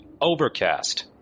Overcast